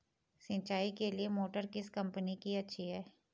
सिंचाई के लिए मोटर किस कंपनी की अच्छी है?